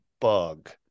bug